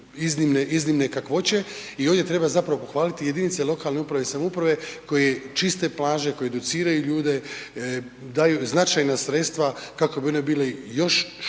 iznimne kakvoće i ovdje treba zapravo pohvaliti jedinice lokalne uprave i samouprave koji čiste plaže, koji educiraju ljude, daju značajna sredstva kako bi oni bili još što